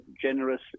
generous